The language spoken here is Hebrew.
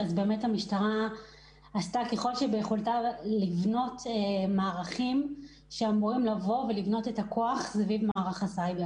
המשטרה עשתה ככל שביכולתה לבנות מערכים סביב מערך הסייבר.